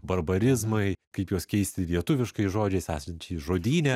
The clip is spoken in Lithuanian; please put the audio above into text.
barbarizmai kaip juos keisti lietuviškais žodžiais esančiais žodyne